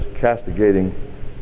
castigating